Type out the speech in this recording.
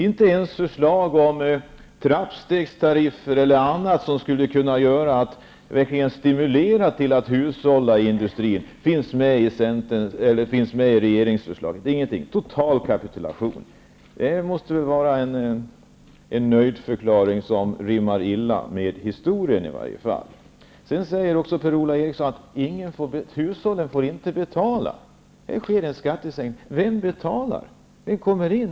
Inte ens förslag om trappstegstariffer eller annat, som verkligen skulle kunna stimulera till hushållning i industrin, finns med i regeringsförslaget -- det är total kapitulation. Nöjdförklaringen måste rimma illa med historien. Sedan säger Per-Ola Eriksson att hushållen inte får betala när det sker en skattesänkning. Vem betalar då?